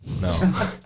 No